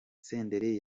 senderi